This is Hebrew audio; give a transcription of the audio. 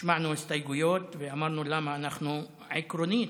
השמענו הסתייגויות ואמרנו למה אנחנו, עקרונית,